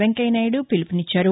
వెంకయ్య నాయుడు పిలుపునిచ్చారు